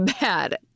bad